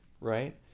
right